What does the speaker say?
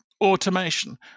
automation